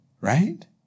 Right